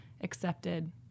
accepted